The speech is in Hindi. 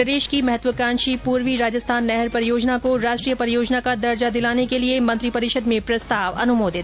प्रदेश की महत्वकांक्षी पूर्वी राजस्थान नहर परियोजना को राष्ट्रीय परियोजना का दर्जा दिलाने के लिए मंत्री परिषद में प्रस्ताव अनुमोदित